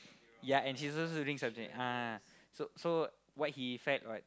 yeah and he's also reading something ha so so what he felt like